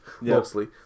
Mostly